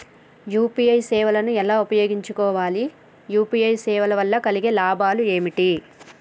UPI సేవను ఎలా ఉపయోగించు కోవాలి? యూ.పీ.ఐ సేవల వల్ల కలిగే లాభాలు ఏమిటి?